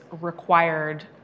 required